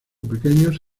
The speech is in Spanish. pequeños